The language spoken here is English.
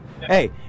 Hey